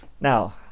Now